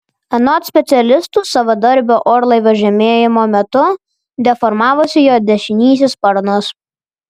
anot specialistų savadarbio orlaivio žemėjimo metu deformavosi jo dešinysis sparnas